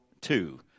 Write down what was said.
two